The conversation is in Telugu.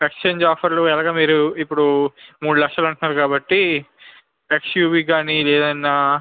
ఎక్స్ఛేంజ్ ఆఫర్లు ఎలాగో మీరు ఇప్పుడు మూడు లక్షలు అంటున్నారు కాబట్టి ఎక్స్యువి కానీ ఇది ఏదైనా